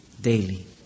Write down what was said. daily